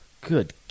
Good